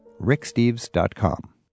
ricksteves.com